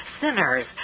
sinners